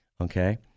okay